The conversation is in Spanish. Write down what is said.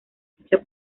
ficha